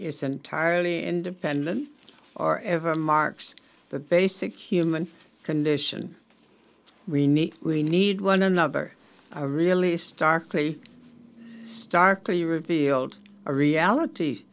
is entirely independent or ever marks the basic human condition we need we need one another really starkly starkly revealed a realit